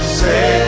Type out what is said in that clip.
say